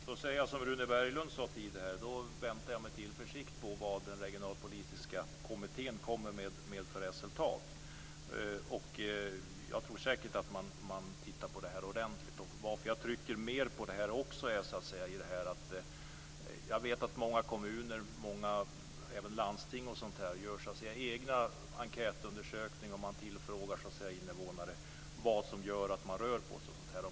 Fru talman! Jag säger som Rune Berglund sade här tidigare, att då väntar jag med tillförsikt på vad den regionalpolitiska kommittén kommer med för resultat. Jag tror säkert att den tittar på detta ordentligt. Jag vet att många kommuner och även landsting gör egna enkätundersökningar där man tillfrågar invånare om vad som gör att de rör på sig.